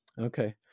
okay